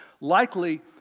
likely